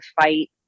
fight